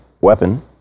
weapon